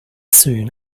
soon